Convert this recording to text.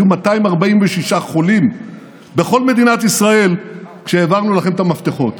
היו 246 חולים בכל מדינת ישראל כשהעברנו לכם את המפתחות.